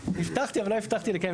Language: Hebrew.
הבטחתי, אבל לא הבטחתי לקיים.